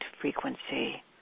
frequency